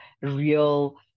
real